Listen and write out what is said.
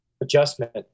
adjustment